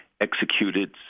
executed